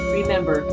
remember